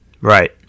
Right